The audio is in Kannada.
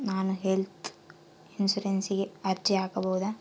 ನಾನು ಹೆಲ್ತ್ ಇನ್ಶೂರೆನ್ಸಿಗೆ ಅರ್ಜಿ ಹಾಕಬಹುದಾ?